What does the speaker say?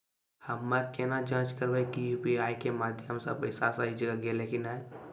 हम्मय केना जाँच करबै की यु.पी.आई के माध्यम से पैसा सही जगह गेलै की नैय?